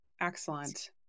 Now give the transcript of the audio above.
Excellent